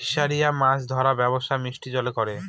ফিসারিরা মাছ ধরার ব্যবসা মিষ্টি জলে করে